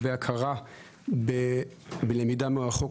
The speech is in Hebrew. החלטה אחת לגבי הכרה בלמידה מרחוק.